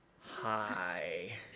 hi